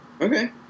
Okay